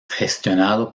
gestionado